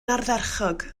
ardderchog